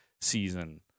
season